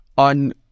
on